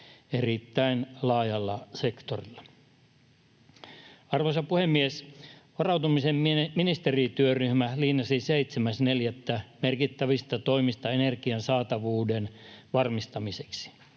erittäin laajalla sektorilla. Arvoisa puhemies! Varautumisen ministerityöryhmä linjasi 7.4. merkittävistä toimista energian saatavuuden varmistamiseksi,